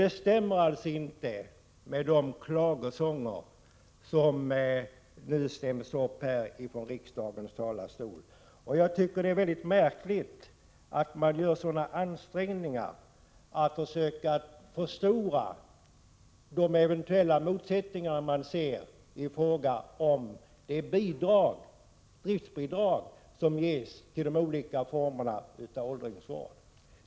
Det finns här alltså inte någon överensstämmelse med de klagosånger som nu stäms upp i riksdagens talarstol. Jag tycker att det är väldigt märkligt att man gör sådana ansträngningar att försöka förstora de eventuella motsättningar som man ser i fråga om de driftbidrag som ges till de olika formerna av åldringsvård.